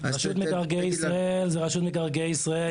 רשות מקרקעי ישראל זה רשות מקרקעי ישראל,